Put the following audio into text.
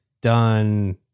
done